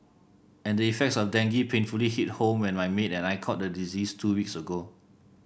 and the effects of dengue painfully hit home when my maid and I caught the disease two weeks ago